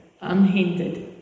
unhindered